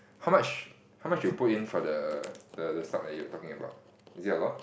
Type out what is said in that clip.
how much how much you put in for the the the stock that you were talking about is it a lot